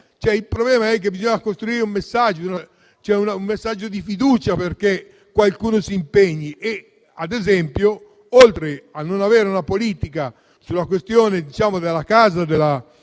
Il punto è che bisogna costruire un messaggio di fiducia perché qualcuno si impegni. Ad esempio, oltre a non avere alcuna politica sulla questione della casa